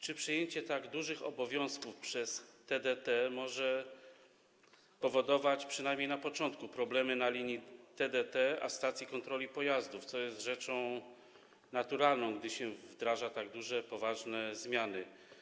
Czy przejęcie tak dużych obowiązków przez TDT może powodować, przynajmniej na początku, problemy na linii TDT - stacje kontroli pojazdów, co jest rzeczą naturalną, gdy wdraża się tak duże, poważne zmiany?